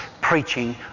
preaching